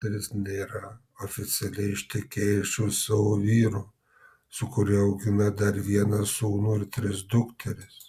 moteris nėra oficialiai ištekėjusi už savo vyro su kuriuo augina dar vieną sūnų ir tris dukteris